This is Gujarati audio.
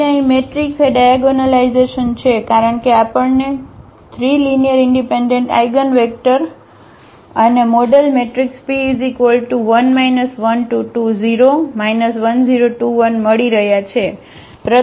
તેથી અહીં મેટ્રિક્સ એ ડાયાગોનલાઇઝેશન છે કારણ કે આપણને 3 લીનીઅરઇનડિપેન્ડન્ટ આઇગનવેક્ટર અને મોડેલ મેટ્રિક્સP1 1 2 2 0 1 0 2 1 મળી રહ્યાં છે